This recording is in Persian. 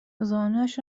زانویش